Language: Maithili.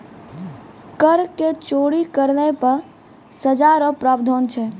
कर के चोरी करना पर सजा रो प्रावधान छै